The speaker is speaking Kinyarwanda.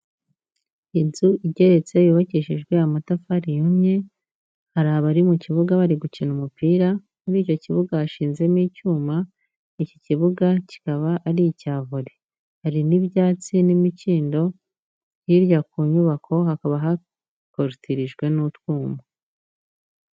Inzu igeretse yubakishijwe amatafari yumye, hari abari mu kibuga bari gukina umupira, muri icyo kibuga bashizemo icyuma, iki kibuga kikaba ari icya vore, hari n'ibyatsi n'imikindo, hirya ku nyubako hakaba hakorotirijwe n'utwuma.